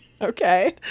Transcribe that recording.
Okay